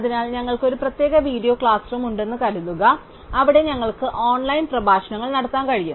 അതിനാൽ ഞങ്ങൾക്ക് ഒരു പ്രത്യേക വീഡിയോ ക്ലാസ് റൂം ഉണ്ടെന്ന് കരുതുക അവിടെ ഞങ്ങൾക്ക് ഓൺലൈൻ പ്രഭാഷണങ്ങൾ നടത്താൻ കഴിയും